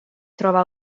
trova